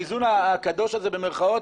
האיזון הקדוש הזה במרכאות,